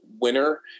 winner